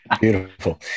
Beautiful